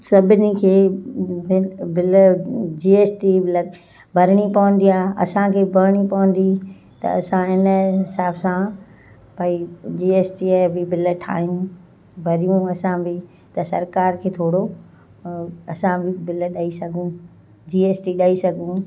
सभिनी खे bill bill GST लग भरणी पवंदी आ असांखे बि भरणी पवंदी त असां हिन हिसाब सां भई जीएसटीअ जा बि बिल ठाहियूं भरियूं असां बि त सरकार खे थोरो असां बि बिल ॾई सघूं जीएसटी ॾई सघूं